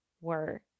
work